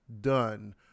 done